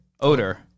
Odor